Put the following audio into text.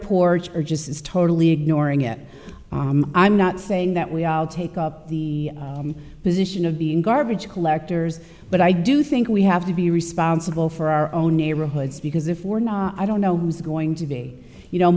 porch or just is totally ignoring it i'm not saying that we all take up the position of being garbage collectors but i do think we have to be responsible for our own neighborhoods because if i don't know who's going to be you know